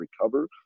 recover